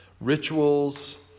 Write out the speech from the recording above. Rituals